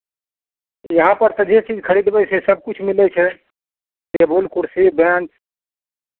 यहाँपर तऽ जे चीज खरीदबै सभकिछु मिलै छै टेबुल कुर्सी बेन्च